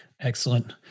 Excellent